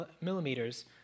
millimeters